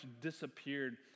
disappeared